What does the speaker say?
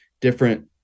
different